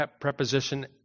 preposition